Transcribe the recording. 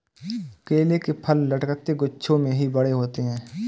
केले के फल लटकते गुच्छों में ही बड़े होते है